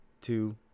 two